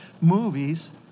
movies